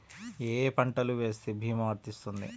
ఏ ఏ పంటలు వేస్తే భీమా వర్తిస్తుంది?